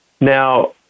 Now